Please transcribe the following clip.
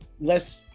less